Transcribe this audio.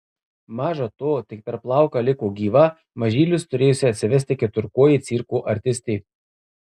maža to tik per plauką liko gyva mažylius turėjusi atsivesti keturkojė cirko artistė